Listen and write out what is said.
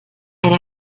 and